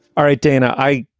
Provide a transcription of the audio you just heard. all right, dana. i.